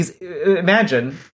imagine